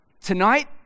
tonight